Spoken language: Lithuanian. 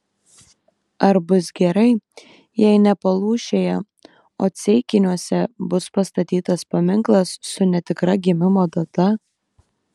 ar bus gerai jei ne palūšėje o ceikiniuose bus pastatytas paminklas su netikra gimimo data